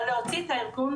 אז להוציא את הארגון